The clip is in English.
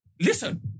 Listen